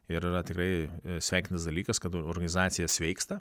ir yra tikrai sveikintinas dalykas kad organizacija sveiksta